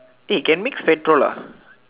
eh can mix petrol ah